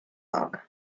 oka